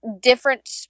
different